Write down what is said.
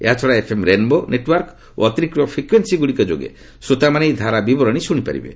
ଏହାଛଡ଼ା FM Rainbow network ଓ ଅତିରିକ୍ତ ଫ୍ରିକ୍ୟୁଏନ୍ନୀ ଯୋଗେ ଶ୍ରୋତାମାନେ ଏହି ଧାରାବିବରଣୀ ଶୁଣି ପାରିବେ